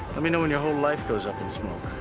let me know when your whole life goes up in smoke.